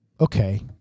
okay